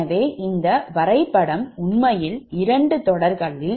எனவே இந்த வரைபடம் உண்மையில் இரண்டு தொடர்களில் உள்ளன